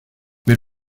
mais